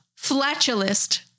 Flatulist